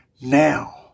now